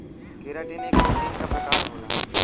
keratin एक protein क प्रकार होला